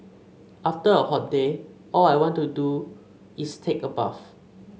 after a hot day all I want to do is take a bath